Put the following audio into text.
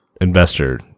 investor